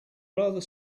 rather